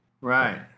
Right